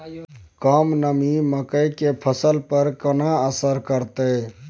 कम नमी मकई के फसल पर केना असर करतय?